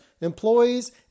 employees